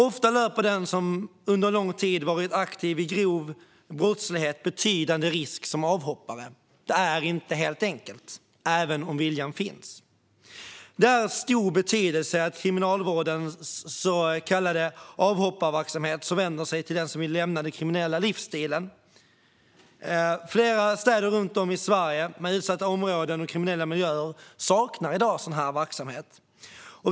Ofta löper den som under lång tid varit aktiv i grov brottslighet betydande risk som avhoppare. Det är inte helt enkelt, även om viljan finns. Kriminalvårdens så kallade avhopparverksamhet, som vänder sig till dem som vill lämna den kriminella livsstilen, är därför av stor betydelse. Flera städer runt om i Sverige med utsatta områden och kriminella miljöer saknar i dag sådan verksamhet.